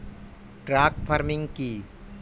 Truck farming কি?